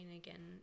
again